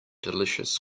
delicious